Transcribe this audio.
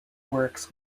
works